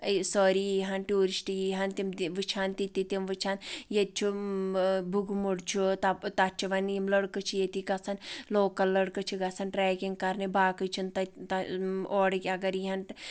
سٲری ییِہن ٹوٗرِِسٹہٕ ییِہن تِم تہِ وٕچھان تِتہِ تِم وٕچھن ییٚتہِ چھُ بُگمُڈ چھُ تپ تتھ چھِ وَنۍ یِم لڑکہٕ چھِ ییٚتہِ گژھان لوکل لڑکہٕ چھِ گژھان ٹریٚکِنگ کَرنہِ باقٕے چھِنہٕ تَتہِ اورٕکۍ اگر یِیہن